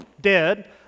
dead